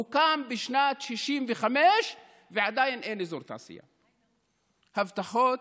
הוקם בשנת 1965, ועדיין אין אזור תעשייה, הבטחות,